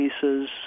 pieces